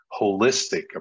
holistic